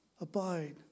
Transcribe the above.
abide